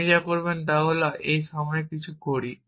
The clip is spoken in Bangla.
আপনি যা করেন তা হল আমি এই সময়ে কিছু করি